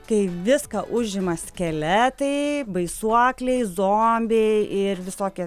kai viską užima skeletai baisuokliai zombiai ir visokie